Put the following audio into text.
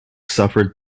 suffered